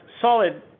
solid